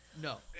no